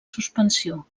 suspensió